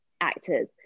actors